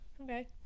Okay